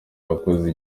wakoze